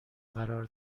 قرار